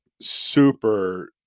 super